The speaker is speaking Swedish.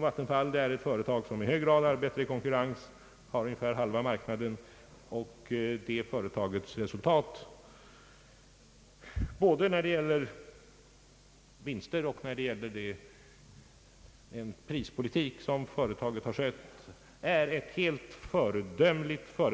Vattenfall är ett företag som i hög grad arbetar i konkurrens — har ungefär halva marknaden — och som är helt föredömligt både när det gäller vinster och när det gäller den prispolitik som företaget har